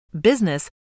business